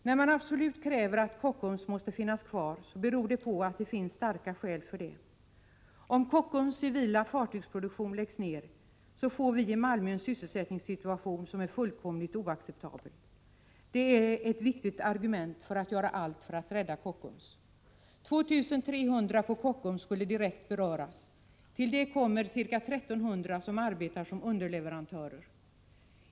När man absolut kräver att Kockums måste finnas kvar beror det på att det finns starka skäl för detta. Om Kockums civila fartygsproduktion läggs ned får vi i Malmö en sysselsättningssituation som är fullkomligt oacceptabel. Det är ett viktigt argument för att göra allt för att rädda Kockums. 2 300 på Kockums skulle direkt beröras. Till det kommer ca 1 300 som arbetar som underleverantörer.